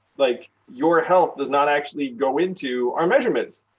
like, your health does not actually go into our measurements.